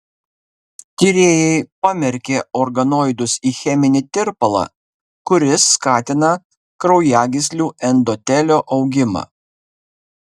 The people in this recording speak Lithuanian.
tyrėjai pamerkė organoidus į cheminį tirpalą kuris skatina kraujagyslių endotelio augimą